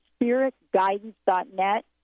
SpiritGuidance.net